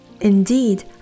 Indeed